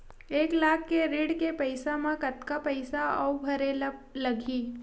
एक लाख के ऋण के पईसा म कतका पईसा आऊ भरे ला लगही?